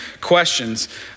questions